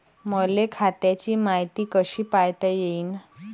मले खात्याची मायती कशी पायता येईन?